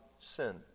sin